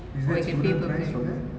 is there a student price for that